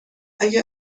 اگه